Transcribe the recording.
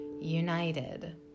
united